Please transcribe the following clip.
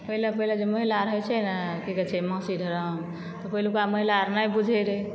पहिले पहिले जे महिला रहै छै ने की कहै छै मासिक धरम तऽ पहिलुक्का महिला आर नै बुझै रहै